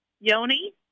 Yoni